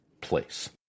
place